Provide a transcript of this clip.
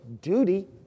duty